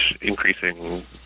increasing